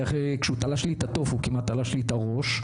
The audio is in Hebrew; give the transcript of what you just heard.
כשהוא תלש לי את התוף הוא כמעט תלש לי את הראש,